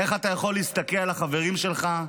איך אתה יכול להסתכל על החברים שלך?